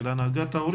של הנהגת ההורים,